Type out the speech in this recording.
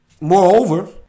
Moreover